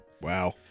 Wow